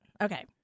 Okay